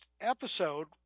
episode